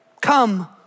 Come